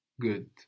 Good